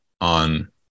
on